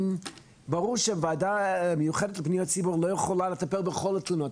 ברור שוועדה מיוחדת לפניות ציבור לא יכולה לטפל בכל התלונות,